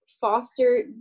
foster